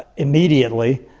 immediately,